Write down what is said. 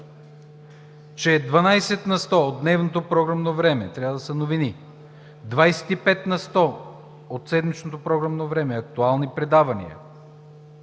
че 12% от дневното програмно време трябва да са новини; 25% от седмичното програмно време – актуални предавания;